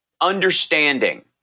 understanding